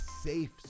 safe